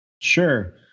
sure